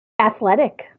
athletic